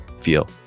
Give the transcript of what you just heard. feel